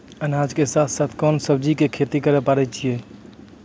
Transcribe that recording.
अनाज के साथ साथ कोंन सब्जी के खेती करे पारे छियै?